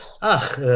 Ach